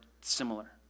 similar